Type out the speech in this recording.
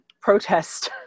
protest